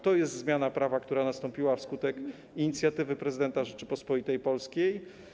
To jest zmiana prawa, która nastąpiła wskutek inicjatywy prezydenta Rzeczypospolitej Polskiej.